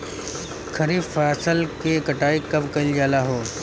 खरिफ फासल के कटाई कब कइल जाला हो?